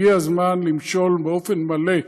הגיע הזמן למשול באופן מלא,